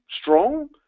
strong